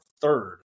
third